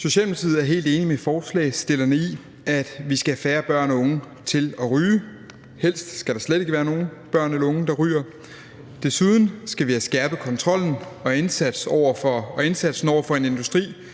Socialdemokratiet er helt enige med forslagsstillerne i, at vi skal have færre børn og unge til at ryge, og helst skal der slet ikke være nogen børn eller unge, der ryger. Desuden skal vi have skærpet kontrollen og indsatsen over for en industri,